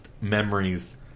memories